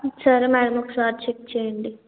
సరే మేడం ఒకసారి చెక్ చేయండి